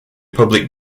public